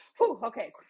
okay